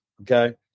Okay